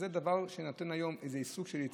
זה דבר שנותן היום איזה סוג של יציבות.